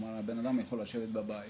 כלומר אדם יכול לשבת היום בבית